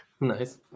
Nice